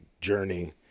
journey